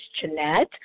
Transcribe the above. Jeanette